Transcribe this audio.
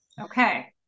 Okay